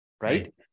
Right